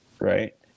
right